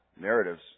narratives